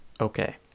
Okay